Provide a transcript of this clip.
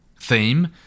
theme